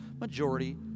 majority